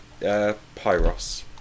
Pyros